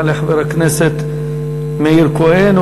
יעלה חבר הכנסת מאיר כהן,